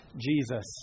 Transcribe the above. Jesus